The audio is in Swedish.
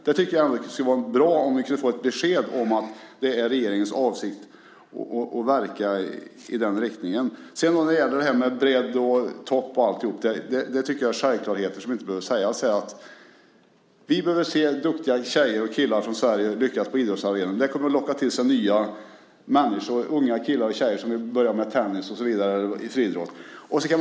Det vore bra om vi kunde få ett besked om att det är regeringens avsikt att verka i den riktningen. När det gäller detta med bredd, topp etcetera tycker jag att det är självklarheter som inte behöver sägas här. Vi behöver se duktiga tjejer och killar lyckas på idrottsarenorna. Det kommer att locka till sig nya människor - unga killar och tjejer som vill börja med tennis, friidrott och så vidare.